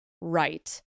right